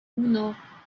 uno